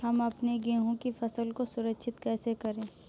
हम अपने गेहूँ की फसल को सुरक्षित कैसे रखें?